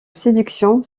séduction